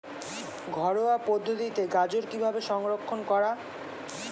ঘরোয়া পদ্ধতিতে গাজর কিভাবে সংরক্ষণ করা?